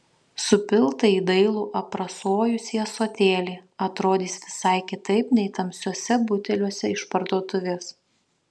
supilta į dailų aprasojusį ąsotėlį atrodys visai kitaip nei tamsiuose buteliuose iš parduotuvės